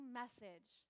message